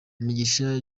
mugisha